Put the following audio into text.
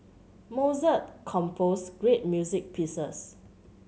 Mozart composed great music pieces